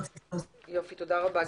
יופי, תודה רבה.